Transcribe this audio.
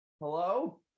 Hello